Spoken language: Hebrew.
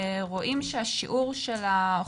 רואים שהפער מתחיל כבר מגיל צעיר אבל הוא הולך וממשיך.